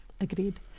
Agreed